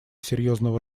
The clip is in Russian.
серьезного